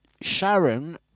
Sharon